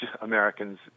Americans